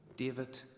David